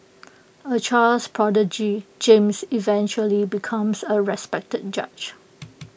A child's prodigy James eventually becomes A respected judge